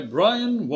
Brian